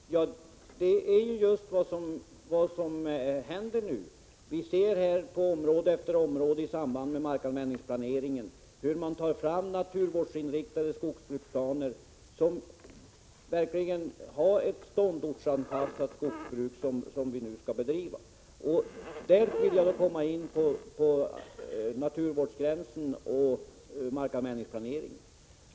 Herr talman! Det är ju just vad vi gör nu. Vi ser hur man i samband med markanvändningsplaneringen på område efter område tar fram naturvårdsinriktade skogsbruksplaner som verkligen inrymmer det ståndortsanpassade skogsbruk som vi nu skall bedriva. Här vill jag komma in på frågan om naturvårdsgräns och markanvändningsplanering.